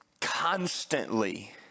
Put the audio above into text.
constantly